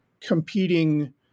competing